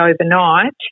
overnight